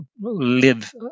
live